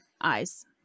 eyes